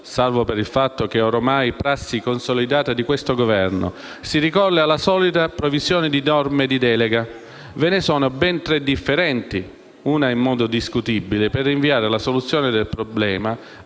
salvo per il fatto che - come è ormai prassi consolidata di questo Governo - si ricorre alla solita previsione di norme di delega - ve ne sono ben tre differenti - un modo discutibile per rinviare la soluzione del problema